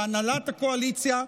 להנהלת הקואליציה,